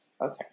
Okay